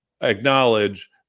acknowledge